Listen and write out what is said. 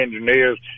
Engineers